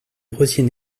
rosiers